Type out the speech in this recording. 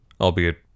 albeit